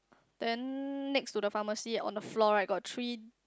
then next to the pharmacy on the floor right got three